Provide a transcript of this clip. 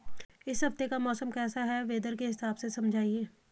इस हफ्ते का मौसम कैसा है वेदर के हिसाब से समझाइए?